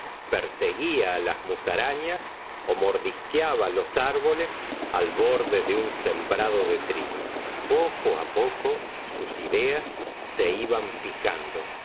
perseguía las musarañas mordisqueaba los ababoles al borde de un sembrado de trigo poco poco sus ideas se iban fijando